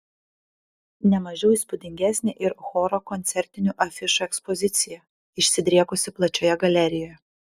ne mažiau įspūdingesnė ir choro koncertinių afišų ekspozicija išsidriekusi plačioje galerijoje